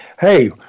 Hey